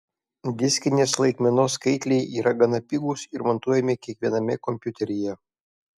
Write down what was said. diskinės laikmenos skaitliai yra gana pigūs ir montuojami kiekviename kompiuteryje